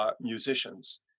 Musicians